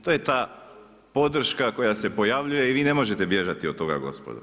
To je ta podrška koja se pojavljuje i vi ne možete bježati od toga gospodo.